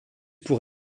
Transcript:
pour